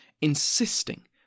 insisting